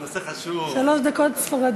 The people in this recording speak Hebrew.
הצעת חוק לייצוג הולם של יהודים בני המגזר החרדי